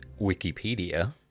Wikipedia